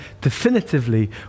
definitively